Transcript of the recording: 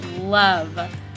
love